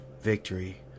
victory